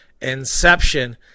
inception